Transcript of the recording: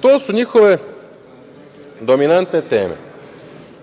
to su njihove dominantne teme.